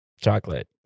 chocolate